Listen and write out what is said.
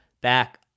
back